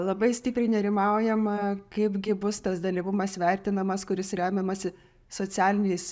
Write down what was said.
labai stipriai nerimaujama kaipgi bus tas dalyvumas vertinamas kuris remiamasi socialiniais